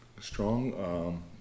strong